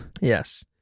Yes